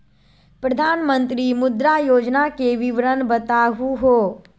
प्रधानमंत्री मुद्रा योजना के विवरण बताहु हो?